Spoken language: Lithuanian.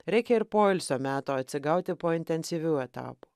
reikia ir poilsio meto atsigauti po intensyvių etap